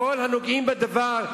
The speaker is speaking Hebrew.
עם כל הנוגעים בדבר,